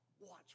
watch